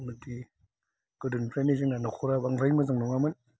गोदोनिफ्रायनो जोंनि न'खरा बांद्राय मोजां नङामोन